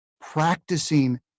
practicing